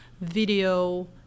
video